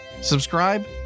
Subscribe